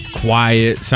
quiet